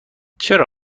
چرا